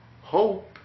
Hope